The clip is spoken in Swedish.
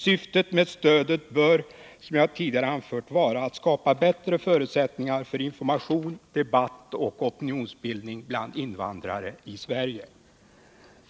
Syftet med stödet bör vara att skapa bättre förutsättningar för information, debatt och opinionsbildning bland invandrare i Sverige.